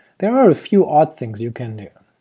there are a few odd things you can do